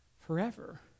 forever